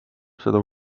seda